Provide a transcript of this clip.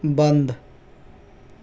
बंद